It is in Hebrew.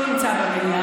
לא נמצא במליאה,